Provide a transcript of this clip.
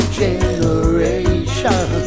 generation